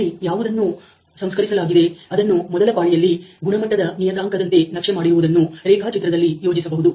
ಅಲ್ಲಿ ಯಾವುದನ್ನೂ ಸಂಸ್ಕರಿಸಲಾಗಿದೆ ಅದನ್ನು ಮೊದಲ ಪಾಳಿಯಲ್ಲಿ ಗುಣಮಟ್ಟದ ನಿಯತಾಂಕದಂತೆ ನಕ್ಷೆ ಮಾಡಿರುವುದನ್ನು ರೇಖಾಚಿತ್ರದಲ್ಲಿ ಯೋಜಿಸಬಹುದು